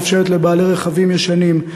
המאפשרת לבעלי רכבים ישנים,